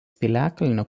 piliakalnio